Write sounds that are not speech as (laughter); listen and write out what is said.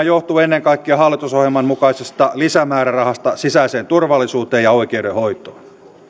(unintelligible) johtuu ennen kaikkea hallitusohjelman mukaisesta lisämäärärahasta sisäiseen turvallisuuteen ja oikeudenhoitoon